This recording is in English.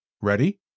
Ready